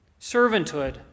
Servanthood